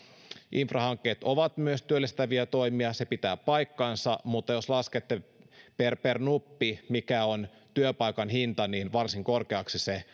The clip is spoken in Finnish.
infrahankkeet ovat myös työllistäviä toimia se pitää paikkansa mutta jos laskette per per nuppi mikä on työpaikan hinta niin varsin korkeaksi se